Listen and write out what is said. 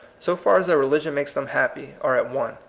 so far as their re ligion makes them happy, are at one.